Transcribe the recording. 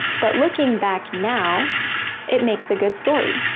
but looking back now it makes a good story!